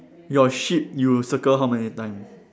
your sheep you circle how many time